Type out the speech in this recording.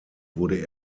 wurde